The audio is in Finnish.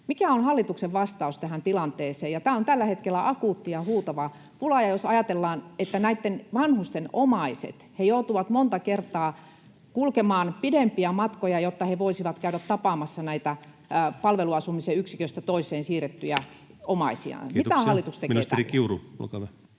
Mikä on hallituksen vastaus tähän tilanteeseen? Tämä on tällä hetkellä akuutti ja huutava pula, ja jos ajatellaan, että näitten vanhusten omaiset joutuvat monta kertaa kulkemaan pidempiä matkoja, jotta he voisivat käydä tapaamassa näitä palveluasumisen yksiköstä toiseen siirrettyjä omaisiaan, [Puhemies: Kiitoksia!] niin mitä